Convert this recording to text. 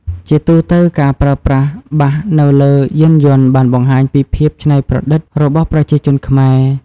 ជាទូទៅ ការប្រើប្រាស់បាសនៅលើយានយន្តបានបង្ហាញពីភាពច្នៃប្រឌិតរបស់ប្រជាជនខ្មែរ។